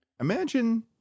Imagine